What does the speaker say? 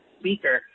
speaker